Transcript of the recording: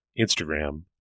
Instagram